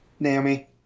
Naomi